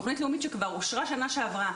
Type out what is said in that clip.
תוכנית לאומית שכבר אושרה בשנה שעברה,